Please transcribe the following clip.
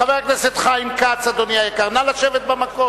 חבר הכנסת חיים כץ, אדוני היקר, נא לשבת במקום.